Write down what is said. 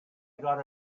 got